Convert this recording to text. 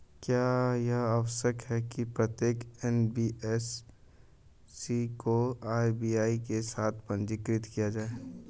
क्या यह आवश्यक है कि प्रत्येक एन.बी.एफ.सी को आर.बी.आई के साथ पंजीकृत किया जाए?